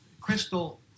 Crystal